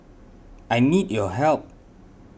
I need your help